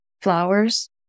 flowers